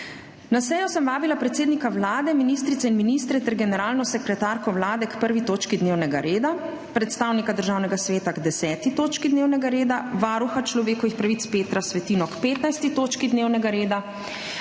Na sejo sem vabila predsednika Vlade, ministrice in ministre ter generalno sekretarko Vlade k 1. točki dnevnega reda, predstavnika Državnega sveta k 10. točki dnevnega reda, varuha človekovih pravic Petra Svetino k 15. točki dnevnega reda,